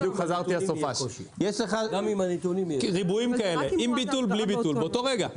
יש לך ריבועים: עם ביטול / בלי ביטול באותו רגע.